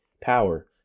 power